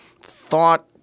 thought